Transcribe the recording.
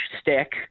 stick